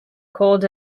called